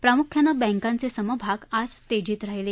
प्रामुख्यानं बँकांचे समभाग आज तेजीत राहिले